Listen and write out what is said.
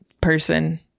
person